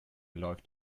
läuft